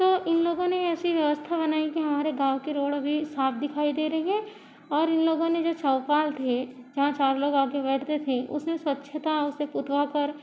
तो इन लोगों ने ऐसी व्यवस्था बनाई कि हमारे गाँव के रोड़ अभी साफ़ दिखाई दे रही है और इन लोगों ने जो चौपाल थे जहाँ चार लोग आकर बैठते थे उसे स्वच्छता से पुतवा कर